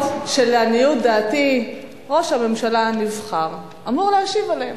שלעניות דעתי ראש הממשלה הנבחר אמור להשיב עליהן.